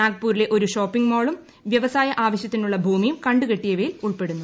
നാഗ്പൂരിലെ ഒരു ഷോപ്പിംഗ് മാളും വ്യവസായ ആവശ്യത്തിനുള്ള ഭൂമിയും കണ്ടുകെട്ടിയവയിൽ ഉൾപ്പെടുന്നു